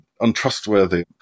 untrustworthy